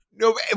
No